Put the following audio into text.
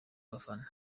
abafana